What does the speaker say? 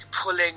Pulling